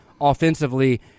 Offensively